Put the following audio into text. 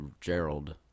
Gerald